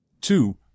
Two